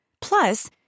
Plus